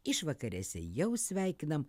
išvakarėse jau sveikinam